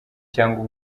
cyangwa